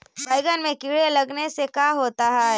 बैंगन में कीड़े लगने से का होता है?